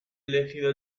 elegido